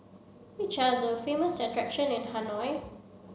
which are the famous attractions in Hanoi